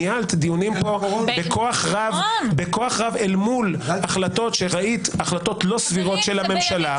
ניהלת דיונים פה בכוח רב אל מול החלטות לא סבירות של הממשלה.